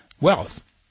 wealth